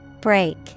Break